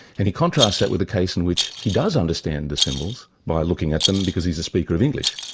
and he contrasts that with a case in which he does understand the symbols by looking at them, because he's a speaker of english,